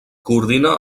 coordina